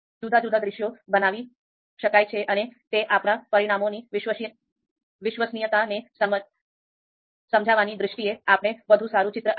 જુદા જુદા દૃશ્યો બનાવી શકાય છે અને તે આપણા પરિણામોની વિશ્વસનીયતાને સમજવાની દ્રષ્ટિએ આપણે વધુ સારું ચિત્ર આપે છે